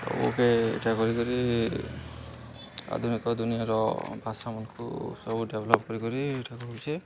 ସବୁକେ ଏଇଟା କରିକରି ଆଧୁନିକ ଦୁନିଆର ଭାଷାମାନଙ୍କୁ ସବୁ ଡ଼େଭେଲପ୍ କରିକରି ଏଇଟା କରୁଛେ